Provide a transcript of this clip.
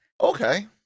okay